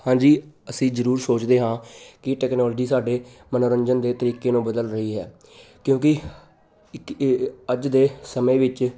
ਹਾਂਜੀ ਅਸੀਂ ਜ਼ਰੂਰ ਸੋਚਦੇ ਹਾਂ ਕਿ ਟੈਕਨੋਲੋਜੀ ਸਾਡੇ ਮਨੋਰੰਜਨ ਦੇ ਤਰੀਕੇ ਨੂੰ ਬਦਲ ਰਹੀ ਹੈ ਕਿਉਂਕਿ ਇੱਕ ਅੱਜ ਦੇ ਸਮੇਂ ਵਿੱਚ